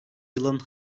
yılın